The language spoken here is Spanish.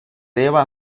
deba